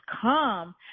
come